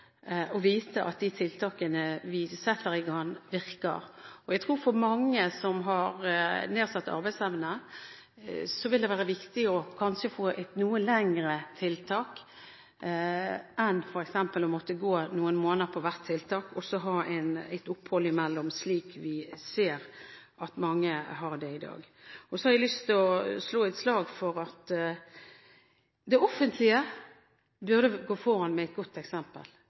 å vite at de tiltakene vi setter i gang, virker. Jeg tror at for mange av dem som har nedsatt arbeidsevne, vil det kanskje være viktig å få et noe lengre tiltak, i stedet for å måtte gå noen måneder på hvert tiltak og så ha et opphold imellom, slik vi ser at mange har det i dag. Så har jeg lyst til å slå et slag for at det offentlige går foran med et godt eksempel.